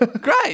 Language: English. Great